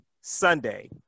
Sunday